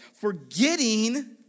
Forgetting